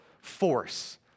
force